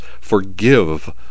Forgive